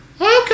Okay